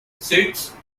sits